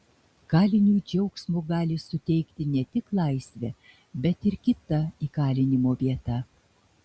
kaliniui džiaugsmo gali suteikti ne tik laisvė bet ir kita įkalinimo vieta